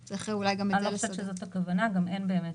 יכול להיות שזה צורך רפואי והוא מעדיף